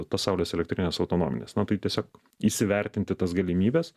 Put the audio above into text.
tas saulės elektrines autonomines na tai tiesiog įsivertinti tas galimybes